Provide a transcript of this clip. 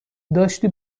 داشتی